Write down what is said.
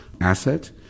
asset